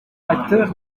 acteurs